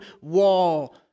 wall